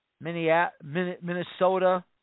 Minnesota